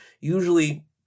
usually